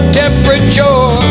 temperature